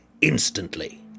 instantly